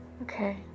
Okay